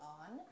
on